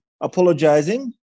apologizing